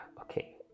Okay